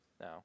No